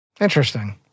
interesting